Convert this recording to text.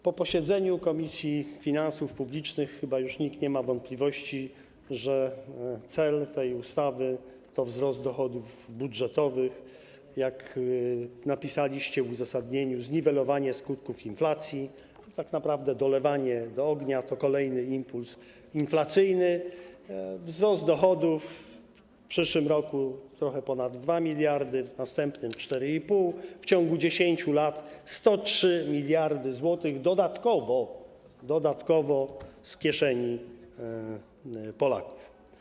Po posiedzeniu Komisji Finansów Publicznych chyba już nikt nie ma wątpliwości, że cel tej ustawy to wzrost dochodów budżetowych, jak napisaliście w uzasadnieniu, zniwelowanie skutków inflacji, tak naprawdę dolewanie do ognia, to kolejny impuls inflacyjny, wzrost dochodów w przyszłym roku trochę ponad 2 mld zł, w następnym 4,5 mld zł, w ciągu 10 lat 103 mld zł dodatkowo z kieszeni Polaków.